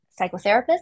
psychotherapist